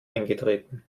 eingetreten